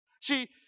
See